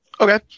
Okay